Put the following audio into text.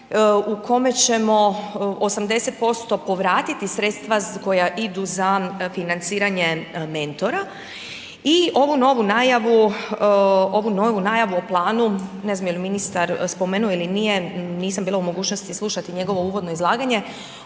u kome ćemo 80% povratiti sredstva koja idu za financiranje mentora i ovu novu najavu o planu, ne znam je li ju ministar spomenuo ili nije, nisam bila u mogućnosti slušati njegovo uvodno izlaganje,